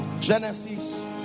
genesis